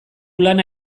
lana